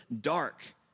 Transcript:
dark